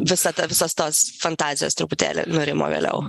visata visos tos fantazijos truputėlį nurimo vėliau